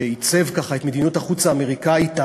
שעיצב את מדיניות החוץ האמריקנית,